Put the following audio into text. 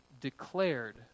declared